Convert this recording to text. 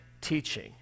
teaching